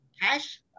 cash